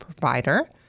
provider